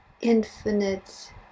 infinite